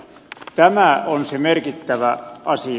tämä on se merkittävä asia